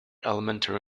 elementary